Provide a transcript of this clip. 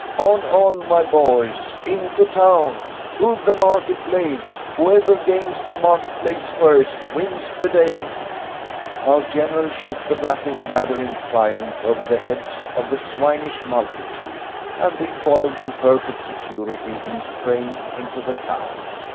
on, on, my boys, into town, to the market-place whoever gains the market-place first wins the day our general shook the rattling bladder in triumph over the heads of the swinish multitude and we followed in perfect security in his train into the town.